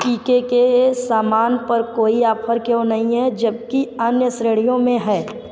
टीके सामान पर कोई ऑफर क्यों नहीं है जबकि अन्य श्रेणियों में है